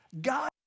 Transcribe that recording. God